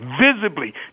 visibly